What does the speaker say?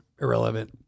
Irrelevant